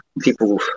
people